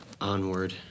onward